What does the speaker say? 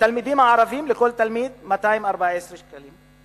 ולתלמידים הערבים, 214 ש"ח לתלמיד.